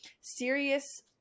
serious